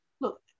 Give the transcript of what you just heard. Look